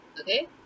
okay